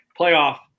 Playoff